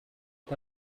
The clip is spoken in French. est